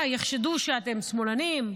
מה, יחשדו שאתם שמאלנים?